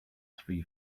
three